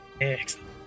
Excellent